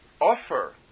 offer